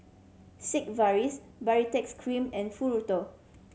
Sigvaris Baritex Cream and